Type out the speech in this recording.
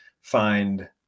find